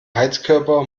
heizkörper